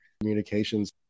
communications